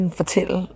fortælle